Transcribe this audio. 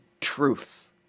truth